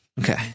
Okay